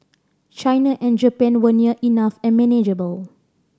China and Japan were near enough and manageable